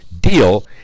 deal